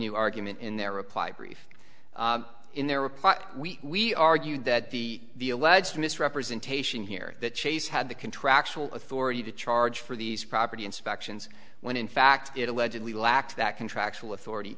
new argument in their reply brief in their reply we argued that the ledge misrepresentation here that chase had the contractual authority to charge for these property inspections when in fact it allegedly lacked that contractual authority